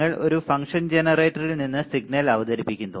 നിങ്ങൾ ഒരു ഫംഗ്ഷൻ ജനറേറ്ററിൽ നിന്ന് ഒരു സിഗ്നൽ അവതരിപ്പിക്കുന്നു